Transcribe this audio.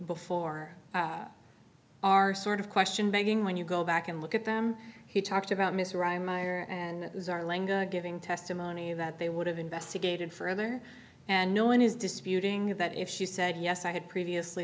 before are sort of question begging when you go back and look at them he talked about mr rymer and it was our language giving testimony that they would have investigated further and no one is disputing that if she said yes i had previously